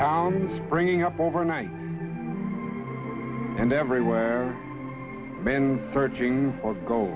town springing up overnight and everywhere men searching of gold